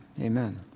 amen